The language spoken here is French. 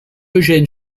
eugène